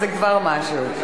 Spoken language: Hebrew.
וזה כבר משהו.